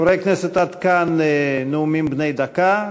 חברי כנסת, עד כאן נאומים בני דקה.